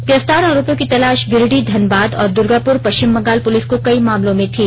गिरफ्तार आरोपियों की तलाश गिरिडीह धनबाद और दुर्गापुर पष्चिम बंगाल पुलिस को कई मामलों में थी